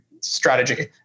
strategy